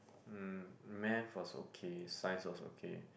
um math was okay science was okay